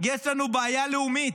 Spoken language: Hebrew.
יש לנו בעיה לאומית.